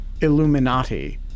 illuminati